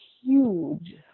Huge